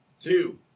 two